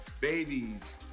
babies